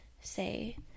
say